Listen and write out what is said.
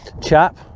chap